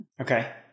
Okay